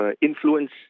influence